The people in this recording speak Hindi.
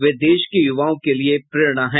वे देश के युवाओं के लिए प्रेरणा हैं